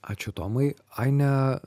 ačiū tomai aine